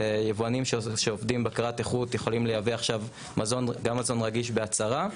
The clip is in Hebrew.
יבואנים שעובדים עם בקרת איכות יכולים לייבא עכשיו גם מזון רגיש בהצהרה.